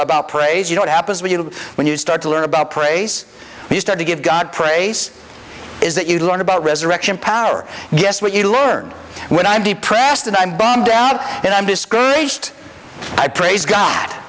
about praise you know what happens when you when you start to learn about praise you start to give god praise is that you learn about resurrection power guess what you learn when i'm depressed and i'm bummed out and i'm discouraged i praise god